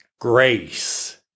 grace